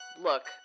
Look